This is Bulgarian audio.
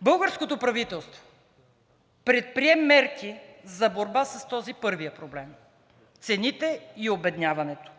Българското правителство предприе мерки за борба с този първия проблем – цените и обедняването,